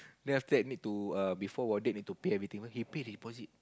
then after that need to err before warded need to pay everything right he pay deposit